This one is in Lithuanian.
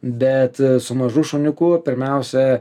bet su mažu šuniuku pirmiausia